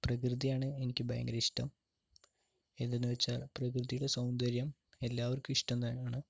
പ്രകൃതിയാണ് എനിക്ക് ഭയങ്കര ഇഷ്ടം എന്തെന്ന് വെച്ചാൽ പ്രകൃതിയുടെ സൗന്ദര്യം എല്ലാവർക്കും ഇഷ്ടമാണ്